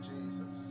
Jesus